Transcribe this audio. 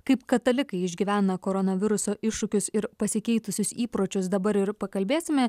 kaip katalikai išgyvena koronaviruso iššūkius ir pasikeitusius įpročius dabar ir pakalbėsime